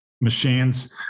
machines